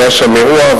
והיה שם אירוע,